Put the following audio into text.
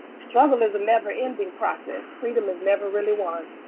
struggle is a never-ending process, freedom is never really won.